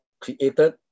created